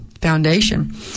foundation